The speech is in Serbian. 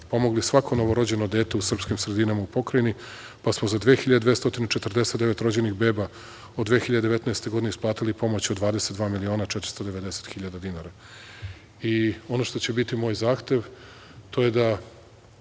pomogli svako novorođeno dete u srpskim sredinama u pokrajini, pa smo za 2249 rođenih beba od 2019. godine isplatili pomoć od 22 miliona 490 hiljade dinara. Ono što će biti moj zahtev, to je da